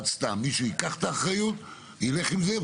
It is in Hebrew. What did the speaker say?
צריך שמישהו ייקח את האחריות וילך עם זה,